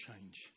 change